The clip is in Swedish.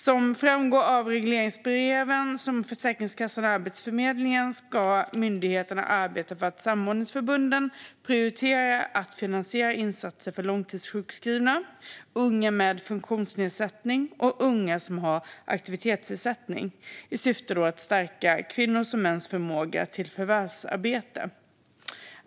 Som framgår av regleringsbreven för Försäkringskassan och Arbetsförmedlingen ska myndigheterna arbeta för att samordningsförbunden prioriterar att finansiera insatser för långtidssjukskrivna, unga med funktionsnedsättning och unga som har aktivitetsersättning i syfte att stärka kvinnors och mäns förmåga till förvärvsarbete.